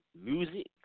music